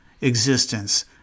existence